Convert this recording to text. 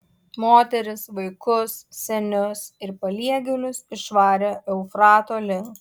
moteris vaikus senius ir paliegėlius išvarė eufrato link